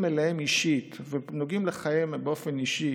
אליהם אישית ונוגעים לחייהם באופן אישי